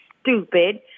stupid